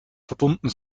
verbunden